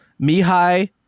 mihai